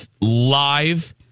live